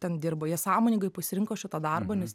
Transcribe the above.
ten dirba jie sąmoningai pasirinko šitą darbą nes